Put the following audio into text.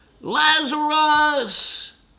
Lazarus